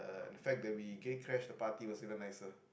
and the fact that we gate crashed the party was even nicer